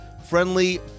friendly